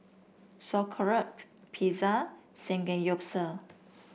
Sauerkraut Pizza Samgeyopsal